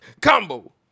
COMBO